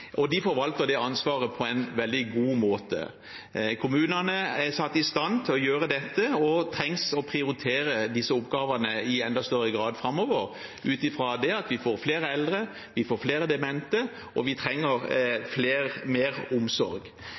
og de forvalter det ansvaret på en veldig god måte. Kommunene er satt i stand til å gjøre dette og trenger å prioritere disse oppgavene i enda større grad framover, ut fra at vi får flere eldre, vi får flere demente, og vi trenger mer omsorg.